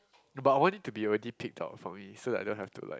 but I want it to be already picked out for me so that I don't have to like